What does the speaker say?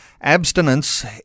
abstinence